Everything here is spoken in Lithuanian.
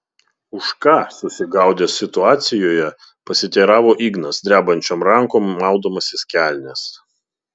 už ką susigaudęs situacijoje pasiteiravo ignas drebančiom rankom maudamasis kelnes